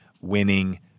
winning